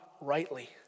rightly